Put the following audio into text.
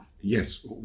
Yes